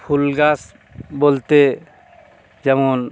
ফুল গাছ বলতে যেমন